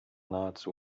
nahezu